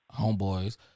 Homeboys